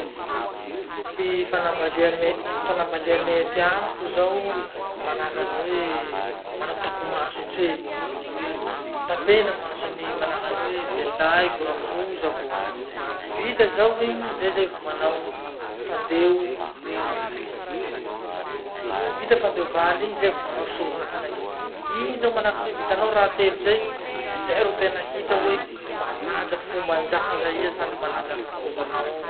Ty fanambalia me fanambalia mety amiko zao manahaky any hoe manao takomaso tse. Tapena maso ny, manahaky any hoe velilahiko, rafozako. Vita zao iny, zay zay vo manao fandeo valy. Vita fandeo valy iny, zay vo manao soron'anaky. Igny zao manahaky any hoe, vitanao raha telo zay, zay ro tena hita hoe manaja fombandraza iha sady manaja any rafozanao ao.